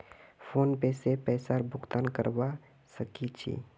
PhonePe से पैसार भुगतान करवा सकछी